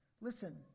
listen